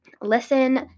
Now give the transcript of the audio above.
listen